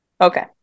okay